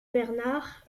bernard